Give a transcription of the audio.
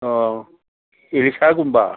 ꯑꯣ ꯏꯂꯤꯁꯥꯒꯨꯝꯕ